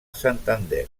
santander